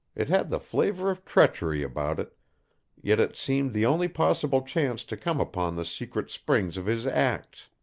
it had the flavor of treachery about it yet it seemed the only possible chance to come upon the secret springs of his acts,